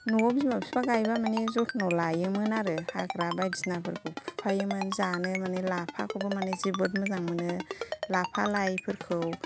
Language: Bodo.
न'आव बिमा बिफा गायबा मानि जत्न' लायोमोन आरो हाग्रा बायदिसिनाफोरखौ फुफायोमोन जानो मानि लाफाखौबो माने जोबोद मोजां मोनो लाफा लाइफोरखौ